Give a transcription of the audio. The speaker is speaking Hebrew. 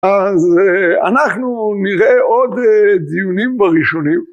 אז אנחנו נראה עוד דיונים בראשונים.